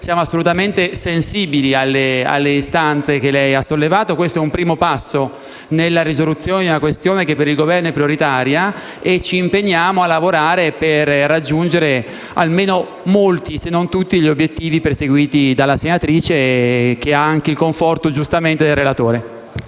Siamo assolutamente sensibili alle istanze da lei sollevate. Questo è un primo passo nella risoluzione di una questione che per il Governo è prioritaria. Ci impegniamo a lavorare per raggiungere molti, se non tutti, gli obiettivi perseguiti dalla senatrice Bencini con questo emendamento, che